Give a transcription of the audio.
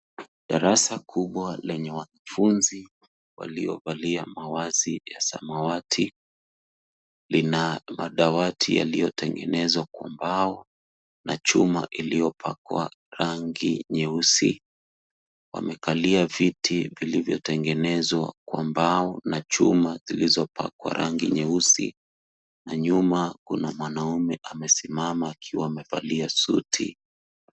Darasa kubwa lenye wanafunzi waliovalia mavazi ya samawati, lina madawati yaliyotengenezwa kwa mbao na chuma iliyopakwa rangi nyeusi. Wamekalia viti vilivyotengenezwa kwa mbao na chuma zilizopakwa rangi nyeusi na nyuma kuna mwanaume amesimama akiwa amevalia suti.